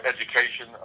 education